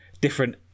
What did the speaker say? different